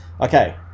Okay